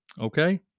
okay